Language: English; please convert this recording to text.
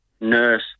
nurse